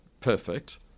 perfect